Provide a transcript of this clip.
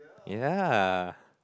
yeah